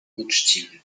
uczciwy